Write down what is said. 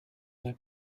their